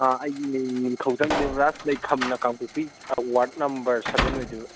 ꯑꯥ ꯑꯩꯒꯤ ꯃꯤꯡ ꯅꯤꯡꯊꯧꯖꯝ ꯗꯦꯕꯔꯥꯖ ꯂꯩꯐꯝꯅ ꯀꯥꯡꯄꯣꯛꯄꯤ ꯋꯥꯔꯠ ꯅꯝꯕꯔ ꯁꯕꯦꯟ ꯑꯣꯏꯗꯣꯏꯕ